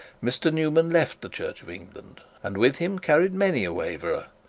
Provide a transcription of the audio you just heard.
mr newman left the church of england, and with him carried many a waverer.